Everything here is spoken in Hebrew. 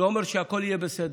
שהכול יהיה בסדר.